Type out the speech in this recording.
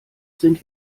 sind